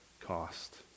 cost